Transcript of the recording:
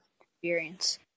experience